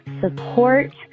Support